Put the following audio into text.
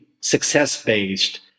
success-based